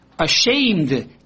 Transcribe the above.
ashamed